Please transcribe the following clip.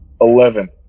Eleven